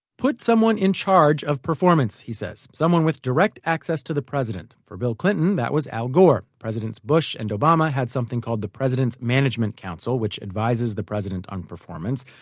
put someone in charge of performance, he said, someone with direct access to the president. for bill clinton, that was al gore. presidents bush and obama had something called the president's management council, which advises the president on performance.